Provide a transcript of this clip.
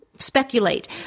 speculate